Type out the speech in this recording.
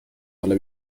حالا